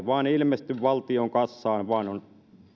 vain ilmesty valtion kassaan vaan se on